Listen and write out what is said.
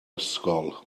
ysgol